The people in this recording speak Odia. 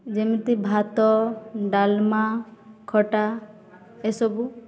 ଯେମିତି ଭାତ ଡାଲମା ଖଟା ଏସବୁ